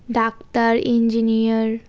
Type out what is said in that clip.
doctor engineer